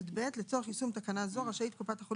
(יב)לצורך יישום תקנה זו רשאית קופת חולים